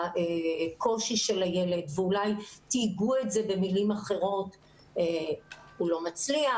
הקושי של הילד ואולי תייגו את זה במלים אחרות כמו הוא לא מצליח,